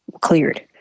cleared